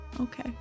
Okay